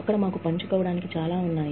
అక్కడ మాకు పంచుకోవడానికి చాలా ఉన్నాయి